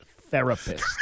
therapist